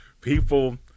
people